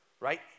right